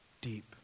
deep